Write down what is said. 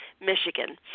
Michigan